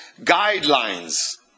guidelines